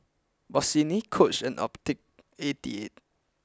Bossini Coach and Optical eighty eight